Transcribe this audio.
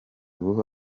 ubu